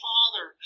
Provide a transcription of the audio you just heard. Father